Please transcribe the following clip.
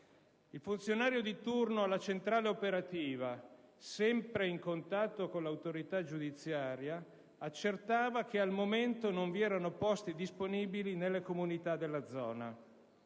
Il funzionario di turno e la centrale operativa, sempre in contatto con l'autorità giudiziaria, accertava che al momento non vi erano posti disponibili nelle comunità della zona;